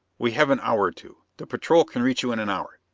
we have an hour or two the patrol can reach you in an hour.